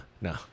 no